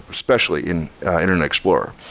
especially in internet explorer.